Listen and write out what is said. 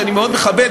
שאני מאוד מכבד,